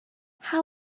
how